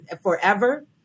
forever